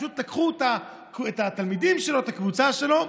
פשוט לקחו את התלמידים שלו, את הקבוצה שלו,